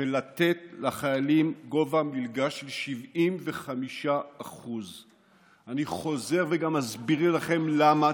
ולתת לחיילים מלגה בגובה של 75%. אני חוזר וגם מסביר לכם למה.